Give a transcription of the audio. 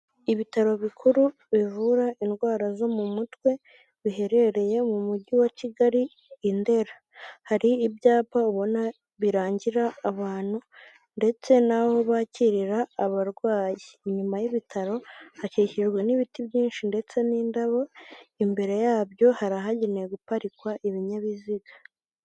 Ibitaro bikuru bivura indwara zo mu mutwe, biherereye mu mujyi wa Kigali i Ndera. Hari ibyapa ubona birangira abantu, ndetse n'aho bakirira abarwayi. Inyuma y'ibitaro hakikirwa n'ibiti byinshi ndetse n'indabo, imbere yabyo hari ahagenewe guparikwa ibinyabiziga.